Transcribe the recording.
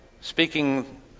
speaking